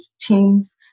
teams